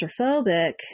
claustrophobic